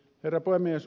herra puhemies